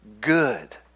good